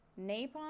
napalm